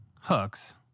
hooks